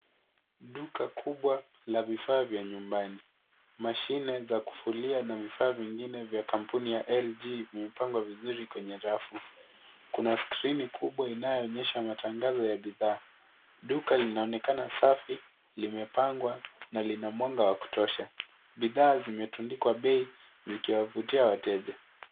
Duka kubwa la vifaa vya nyumbani. Mashine za kufulia na vifaa vingine vya kampuni ya LG vimepangwa vizuri kwenye rafu. Kuna skrini kubwa inayoonyesha matangazo ya bidhaa. Duka linaonekana safi limepangwa na lina mwanga wa kutosha. Bidhaa zimetundikwa bei zikiwavutia wateja.